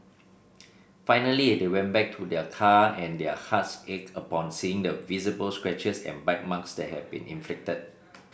finally they went back to their car and their hearts ached upon seeing the visible scratches and bite marks that had been inflicted